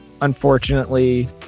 unfortunately